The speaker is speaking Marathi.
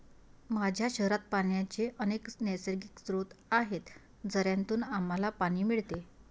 माझ्या शहरात पाण्याचे अनेक नैसर्गिक स्रोत आहेत, झऱ्यांतून आम्हाला पाणी मिळते